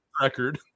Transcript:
record